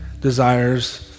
desires